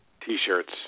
T-shirts